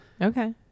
Okay